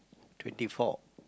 twenty four